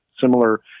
similar